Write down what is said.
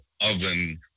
oven